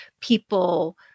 people